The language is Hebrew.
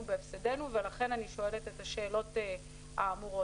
בהפסדנו ולכן אני שואלת את השאלות האמורות.